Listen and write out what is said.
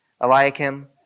Eliakim